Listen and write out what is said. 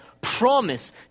promise